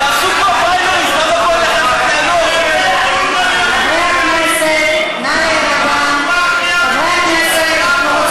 תעשו פריימריז, התשובה הכי אמיתית שנאמרה פה